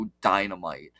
Dynamite